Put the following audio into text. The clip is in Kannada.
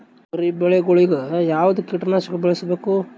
ತೊಗರಿಬೇಳೆ ಗೊಳಿಗ ಯಾವದ ಕೀಟನಾಶಕ ಬಳಸಬೇಕು?